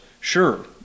sure